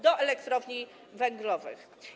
Do elektrowni węglowych.